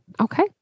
Okay